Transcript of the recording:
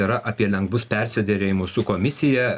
yra apie lengvus persiderėjimus su komisija